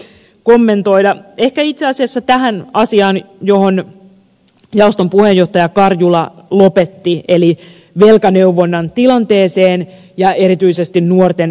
ehkä kommentoin itse asiassa tätä asiaa johon jaoston puheenjohtaja karjula lopetti eli velkaneuvonnan tilannetta ja erityisesti nuorten velkaantumista